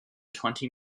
twenty